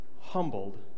humbled